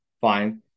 fine